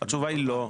התשובה היא לא.